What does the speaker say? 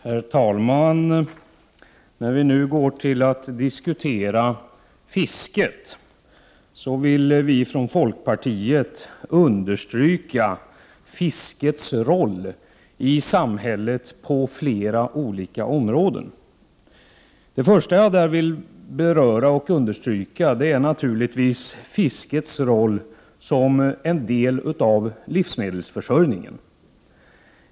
Herr talman! När vi nu går att diskutera fisket vill vi från folkpartiet understryka dettas roll i samhället på flera olika områden. Det första jag vill understryka är naturligtvis fiskets roll som en del av livsmedelsförsörjningen.